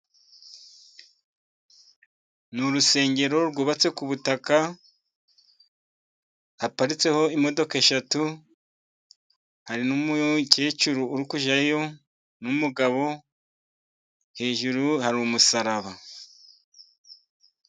Ni urusengero rwubatse ku butaka, haparitseho imodoka eshatu, hari n'umukecuru uri kujyayo n'umugabo, hejuru hari umusaraba.